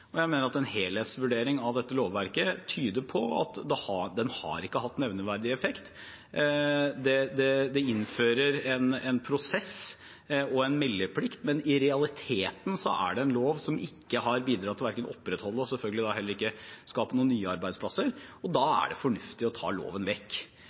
Jeg mener at en helhetsvurdering av dette lovverket tyder på at den loven ikke har hatt nevneverdig effekt. Den innfører en prosess og en meldeplikt, men i realiteten er det en lov som ikke har bidratt til å opprettholde og selvfølgelig da heller ikke til å skape noen nye arbeidsplasser, og da er det fornuftig å ta loven vekk.